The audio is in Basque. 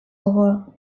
gogoa